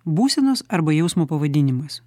būsenos arba jausmo pavadinimas